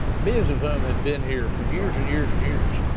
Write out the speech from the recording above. millions of whom have been here for years and years and years,